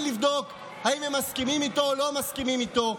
לבדוק אם הם מסכימים איתו או לא מסכימים איתו,